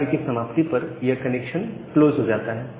कार्य की समाप्ति पर यह कनेक्शन क्लोज हो जाता है